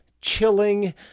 chilling